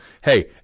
hey